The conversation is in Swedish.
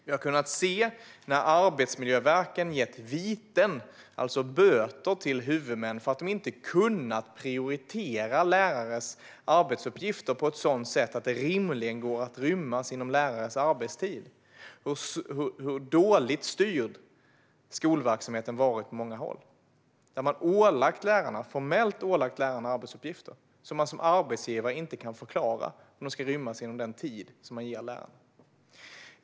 Vi har kunnat se hur Arbetsmiljöverket gett viten, alltså böter, till huvudmän för att de inte kunnat prioritera lärares arbetsuppgifter på ett sådant sätt att de rimligen ryms inom lärares arbetstid och hur dåligt styrd skolverksamheten varit på många håll. Man har formellt ålagt lärarna arbetsuppgifter som man som arbetsgivare inte kan förklara hur de ska rymmas inom den tid som man ger lärarna.